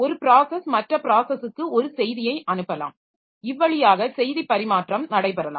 ஒரு ப்ராஸஸ் மற்றொரு ப்ராஸஸுக்கு ஒரு செய்தியை அனுப்பலாம் இவ்வழியாக செய்தி பரிமாற்றம் நடைபெறலாம்